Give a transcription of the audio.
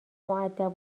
مودب